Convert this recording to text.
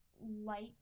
light